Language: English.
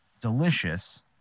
delicious